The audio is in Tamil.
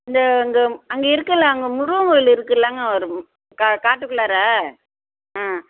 இந்த அங்கே அங்கே இருக்குதுல்ல அங்கே முருகன் கோவில் இருக்குதுல்லங்க ஒரு மு க காட்டுக்குள்ளாற ஆ